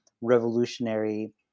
revolutionary